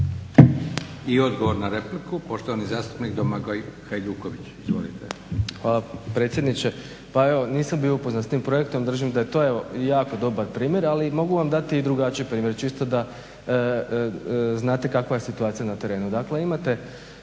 I odgovor na repliku, poštovani zastupnik Domagoj Hajduković. Izvolite. **Hajduković, Domagoj (SDP)** Hvala predsjedniče. Pa evo nisam … projektom držim da je to jako dobro primjer ali mogu vam dati i drugačiji primjer čisto da znate kakva je situacija na terenu.